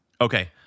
okay